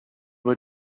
were